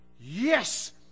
Yes